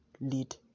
lead